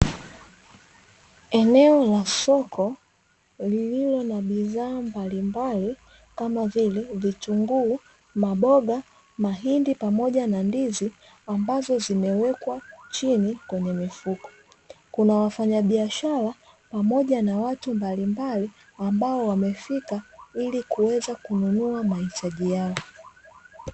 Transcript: Eneo la soko lililo na bidhaa mbalimbali kama vile vitunguu, maboga, mahindi pamoja na ndizi ambazo zimewekwa chini kwenye mifuko, kuna wafanya biashara pamoja na watu mbalimbali ambao wamefika ili kuweza kununua mahitaji yao.